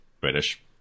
British